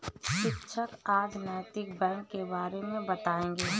शिक्षक आज नैतिक बैंक के बारे मे बताएँगे